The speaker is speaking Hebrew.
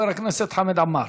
חבר הכנסת חמד עמאר.